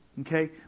Okay